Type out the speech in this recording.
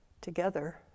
together